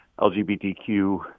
LGBTQ